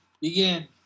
Begin